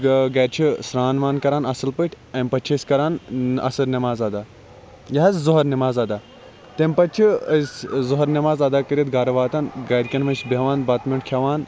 گَرٕ چھ سران وان کَران اصل پٲٹھۍ امہ پَتہٕ چھِ أسۍ کَران عصر نماز ادا یہِ حظ ظہر نماز ادا تمہ پَتہٕ چھ أسۍ ظہر نماز ادا کٔرِتھ گَرٕ واتان گَرکٮ۪ن مَنٛز چھِ بیٚہوان بَتہٕ میوٚنٛڈ کھیٚوان